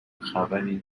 خبری